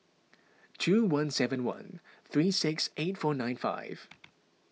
two one seven one three six eight four nine five